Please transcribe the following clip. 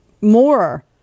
more